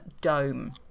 dome